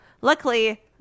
Luckily